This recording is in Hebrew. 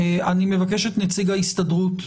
לשמוע את נציג ההסתדרות.